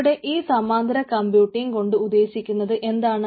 ഇവിടെ ഈ സമാന്തര കംപ്യൂട്ടിങ്ങ് കൊണ്ട് ഉദ്ദേശിക്കുന്നത് എന്താണ്